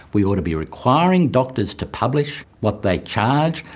we ought to be requiring doctors to publish what they charge,